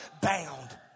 bound